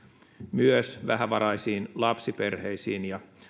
myös vähävaraisiin lapsiperheisiin